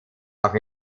auch